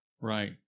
Right